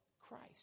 Christ